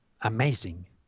amazing